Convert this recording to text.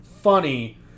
funny